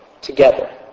together